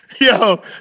Yo